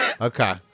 Okay